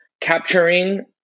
capturing